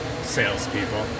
Salespeople